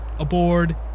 aboard